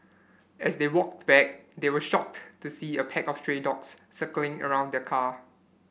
as they walked back they were shocked to see a pack of stray dogs circling around the car